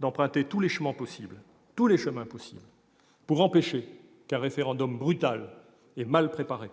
-d'emprunter tous les chemins possibles, sans exception, pour empêcher qu'un référendum brutal et mal préparé